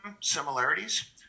similarities